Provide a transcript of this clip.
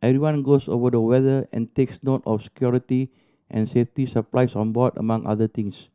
everyone goes over the weather and takes note of security and safety supplies on board among other things